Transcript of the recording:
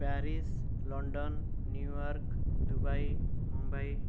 Paris London New York Dubai Mumbai